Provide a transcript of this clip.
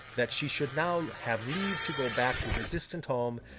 that she should now have leave to go back to her distant home,